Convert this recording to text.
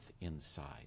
inside